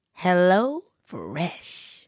HelloFresh